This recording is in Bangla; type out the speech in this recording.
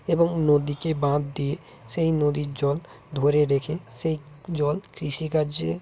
এবং নদীকে বাঁধ দিয়ে সেই নদীর জল ধরে রেখে সেই জল কৃষিকাজে